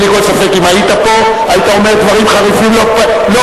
אין לי כל ספק שאם היית פה היית אומר דברים חריפים לא פחות,